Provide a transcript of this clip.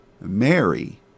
Mary